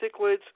cichlids